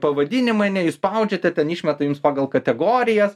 pavadinimai spaudžiate ten išmeta jums pagal kategorijas